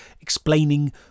explaining